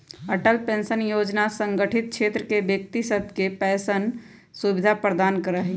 Atal pension जोजना असंगठित क्षेत्र के व्यक्ति सभके पेंशन सुविधा प्रदान करनाइ हइ